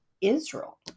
Israel